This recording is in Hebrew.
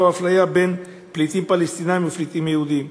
או הפליה בין פליטים פלסטינים ופליטים יהודים.